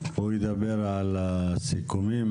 שידבר על הסיכומים,